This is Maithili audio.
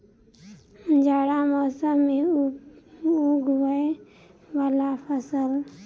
जाड़ा मौसम मे उगवय वला फसल?